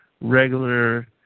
regular